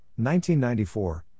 1994